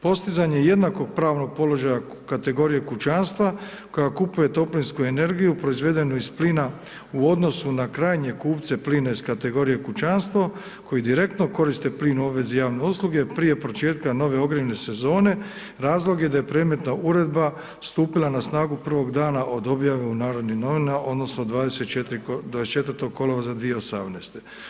Postizanje jednakog pravnog položaja kategorije kućanstva koja kupuje toplinsku energiju proizvedenu iz plina u odnosu na krajnje kupce plina iz kategorije kućanstvo koji direktno koriste plin u obvezi javne usluge prije početka nove ogrjevne sezone razlog je da je predmetna uredba stupila na snagu prvog dana od objave u Narodnim novinama odnosno 24. kolovoza 2018.